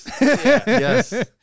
Yes